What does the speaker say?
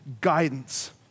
guidance